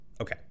Okay